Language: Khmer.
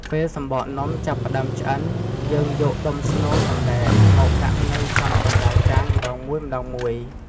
ពេលសំបកនំចាប់ផ្តើមឆ្អិន យើងយកដុំស្នូលសណ្តែកមកដាក់នៅចំកណ្ដាលចានម្ដងមួយៗ។